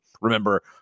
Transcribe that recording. Remember